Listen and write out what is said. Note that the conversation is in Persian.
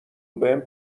وبهم